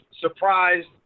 surprised